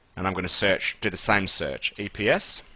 and i'm going to search, do the same search, eps.